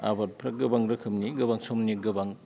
आबादफ्रा गोबां रोखोमनि गोबां समनि गोबां